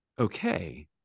okay